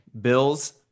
Bills